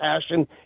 passion